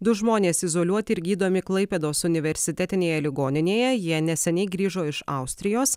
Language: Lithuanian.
du žmonės izoliuoti ir gydomi klaipėdos universitetinėje ligoninėje jie neseniai grįžo iš austrijos